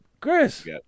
chris